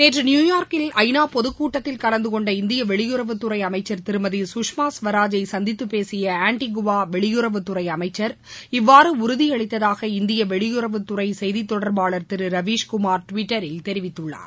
நேற்று நியுயார்க்கில் ஐநா பொதுக்கூட்டத்தில் கலந்துகொண்ட இந்திய வெளியுறவுத்துறை அமைச்சர் திருமதி சுஷ்மா ஸ்வராஜை சந்தித்து பேசிய ஆண்டிகுவா வெளியுறவுத்துறை அமைச்சர் இவ்வாறு உறுதியளித்ததாக இந்திய வெளியுறவுத்துறை செய்தி தொடர்பாளர் திரு ரவீஸ்குமார் டுவிட்டரில் தெரிவித்துள்ளார்